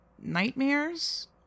nightmares